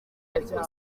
ariko